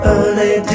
Early